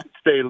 stay